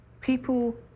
People